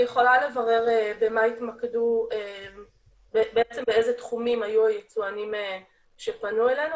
אני יכולה לברר באיזה תחומים היו היצואנים שפנו אלינו,